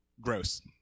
gross